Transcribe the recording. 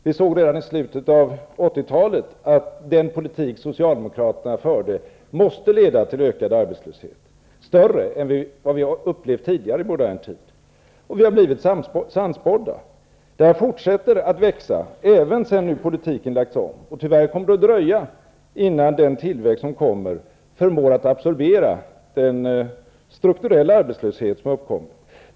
Vi såg redan i slutet av 80 talet att den politik som Socialdemokraterna förde måste leda till ökad arbetslöshet, större än vad vi har upplevt tidigare i modern tid, och vi har blivit sannspådda. Arbetslösheten fortsätter att växa även sedan nu politiken lagts om, och tyvärr kommer det att dröja innan den tillväxt som kommer förmår att absorbera den strukturella arbetslöshet som uppkommit.